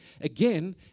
again